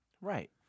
Right